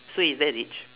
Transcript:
so is that rich